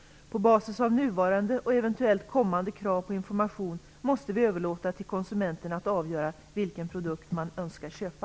På basis av nuvarande och eventuella kommande krav på information måste vi överlåta till konsumenten att avgöra vilken produkt man önskar köpa.